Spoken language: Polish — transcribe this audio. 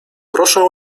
proszę